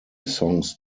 songs